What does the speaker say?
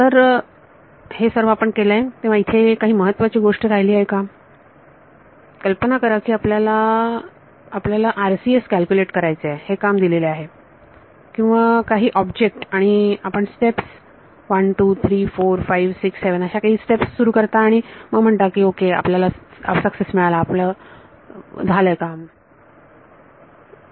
तर आहे आपण सर्व केले आहे तेव्हा इथे काही महत्त्वाची गोष्ट राहिली आहे का कल्पना करा की आपल्याला आपल्याला RCS कॅल्क्युलेट करायचे आहे हे काम दिलेले आहे किंवा काही ऑब्जेक्ट आणि आपण स्टेप्स 1 2 3 4 5 6 7 अशा स्टेप्स सुरू करता आणि असे घोषित करता की आपल्याला सक्सेस मिळाला आपण विजयी झालो त्यानंतर काय